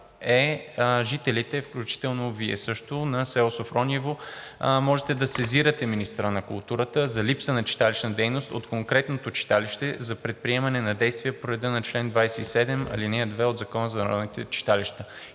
Софрониево, включително Вие също, можете да сезирате министъра на културата за липса на читалищна дейност от конкретното читалище за предприемане на действия по реда на чл. 27, ал. 2 от Закона за народните читалища.